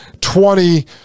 twenty